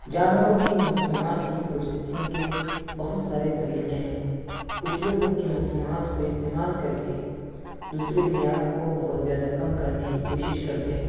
جانوروں کی مصنوعات کی پروسیسنگ کے بہت سارے طریقے ہیں کچھ لوگ ان کے مصنوعات کو استعمال کرکے دوسرے معیار کو بہت زیادہ کم کرنے کی کوشش کرتے ہیں